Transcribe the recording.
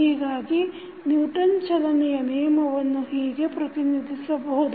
ಹೀಗಾಗಿ ನಿವ್ಟನ್ ಚಲನೆಯ ನಿಯಮವನ್ನು ಹೀಗೆ ಪ್ರತಿನಿಧಿಸಬಹುದು